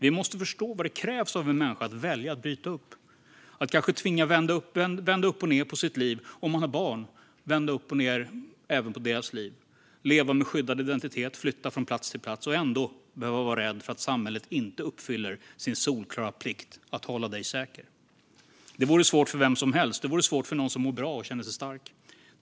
Vi måste förstå vad som krävs för att en människa ska välja att bryta upp, att kanske tvingas att vända upp och ned på sitt liv och, om man har barn, även på barnens liv. Det handlar om att leva med skyddad identitet, flytta från plats till plats och ändå behöva vara rädd för att samhället inte uppfyller sin solklara plikt: att hålla dig säker. Det vore svårt för vem som helst. Det vore svårt för någon som mår bra och känner sig stark.